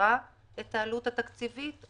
אישרה את העלות התקציבית?